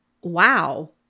wow